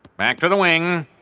back to the wing,